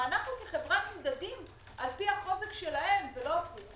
אנחנו כחברה נמדדים לפי החוזק שלהם ולא הפוך.